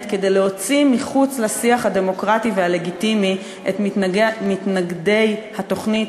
כדי להוציא מחוץ לשיח הדמוקרטי והלגיטימי את מתנגדי התוכנית